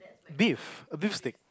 beef a beef stick